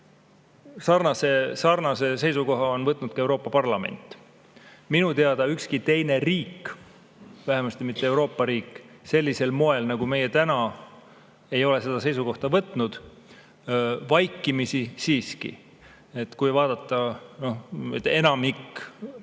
Sarnase seisukoha on võtnud ka Euroopa Parlament. Minu teada ei ole ükski teine riik, vähemasti mitte Euroopa riik, sellisel moel nagu meie täna sellist seisukohta võtnud. Vaikimisi [võeti] siiski. Enamik